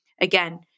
Again